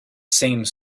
same